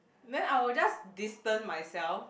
then I will just distant myself